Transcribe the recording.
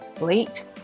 late